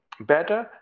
better